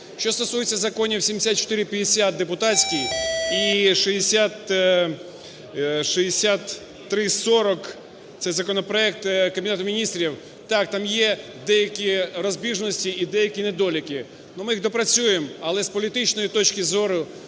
Що стосується законів: 7450 - депутатський і 6340 – це законопроект Кабінету Міністрів. Так, там є деякі розбіжності і деякі недоліки, ми їх доопрацюємо. Але з політичної точки зору,